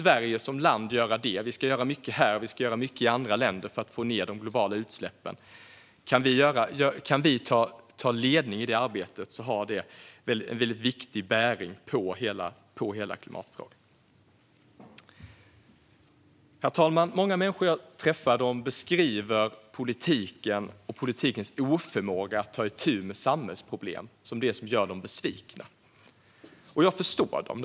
Vi ska göra mycket både här och i andra länder för att få ned de globala utsläppen. Kan Sverige ta ledning i det arbetet har det en väldigt viktig bäring på hela klimatfrågan. Herr talman! Många människor jag träffar beskriver politikens oförmåga att ta itu med samhällsproblem som det som gör dem besvikna. Jag förstår dem.